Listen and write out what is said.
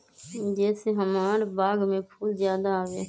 जे से हमार बाग में फुल ज्यादा आवे?